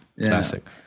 Classic